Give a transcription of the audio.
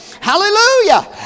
Hallelujah